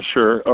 Sure